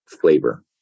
flavor